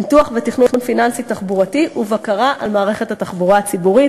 ניתוח ותכנון פיננסי-תחבורתי ובקרה על מערכת התחבורה הציבורית